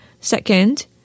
Second